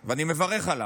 ואני מברך עליו